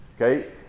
Okay